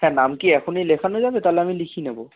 হ্যাঁ নাম কি এখনই লেখানো যাবে তাহলে আমি লিখিয়ে নেবো